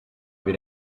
bir